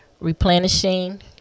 replenishing